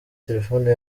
telefone